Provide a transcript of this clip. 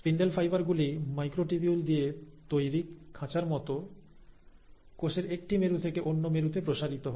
spindle fibre গুলি microtubule দিয়ে তৈরি খাঁচার মতো কোষের একটি মেরু থেকে অন্য মেরুতে প্রসারিত হয়